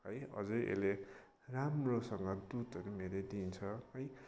है अझै यसले राम्रोसँग दुधहरू पनि धेरै दिन्छ है